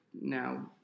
now